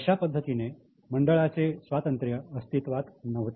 अशा पद्धतीने मंडळाचे स्वातंत्र्य अस्तित्वात नव्हते